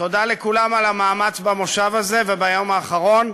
תודה לכולם על המאמץ במושב הזה וביום האחרון.